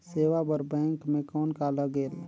सेवा बर बैंक मे कौन का लगेल?